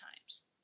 times